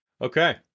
Okay